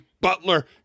Butler